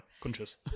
conscious